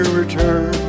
return